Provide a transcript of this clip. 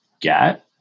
get